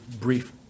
brief